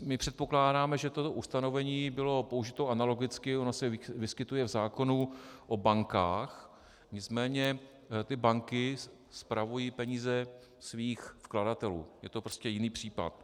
My předpokládáme, že toto ustanovení bylo použito analogicky, ono se vyskytuje v zákonu o bankách, nicméně banky spravují peníze svých vkladatelů, je to prostě jiný případ.